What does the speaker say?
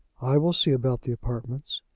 i will see about the apartments.